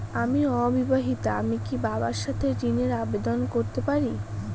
আমি অবিবাহিতা আমি কি বাবার সাথে ঋণের আবেদন করতে পারি?